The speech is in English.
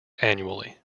annually